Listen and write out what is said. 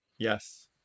yes